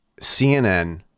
CNN